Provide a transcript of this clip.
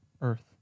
earth